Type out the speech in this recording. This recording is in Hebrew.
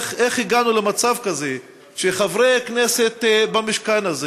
איך הגענו למצב כזה שחברי כנסת במשכן הזה